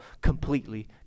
completely